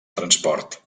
transport